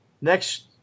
Next